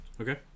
Okay